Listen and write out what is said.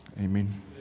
Amen